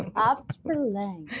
opt for length.